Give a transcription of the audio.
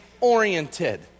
oriented